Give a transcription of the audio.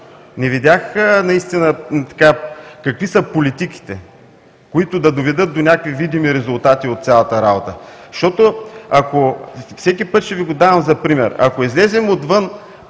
не видях наистина какви са политиките, които да доведат до някои видими резултати от цялата работа. Всеки път ще Ви давам това за пример. Ако излезем отвън